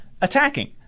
attacking